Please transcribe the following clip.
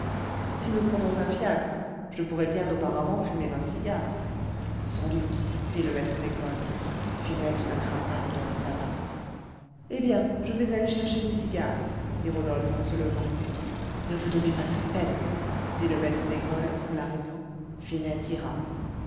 si nous prenons un fiacre je pourrai bien auparavant fumer un cigare sans doute dit le maître d'école finette ne craint pas l'odeur du tabac eh bien je vais aller chercher des cigares dit rodolphe en se levant ne vous donnez pas cette peine dit le maître d'école en l'arrêtant finette ira